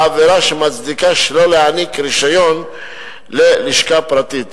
בעבירה שמצדיקה שלא להעניק רשיון ללשכה פרטית.